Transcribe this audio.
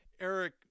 Eric